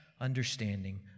understanding